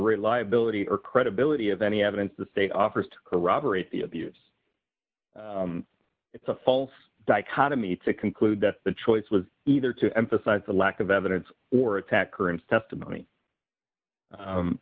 reliability or credibility of any evidence the state offers to corroborate the abuse it's a false dichotomy to conclude that the choice was either to emphasize the lack of evidence or attacker is testimony